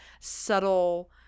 subtle